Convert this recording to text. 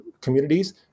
communities